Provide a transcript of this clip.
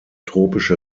tropische